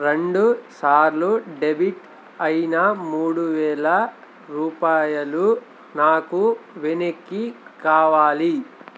రెండు సార్లు డెబిట్ అయిన మూడు వేల రూపాయలు నాకు వెనక్కి కావాలి